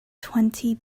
twenty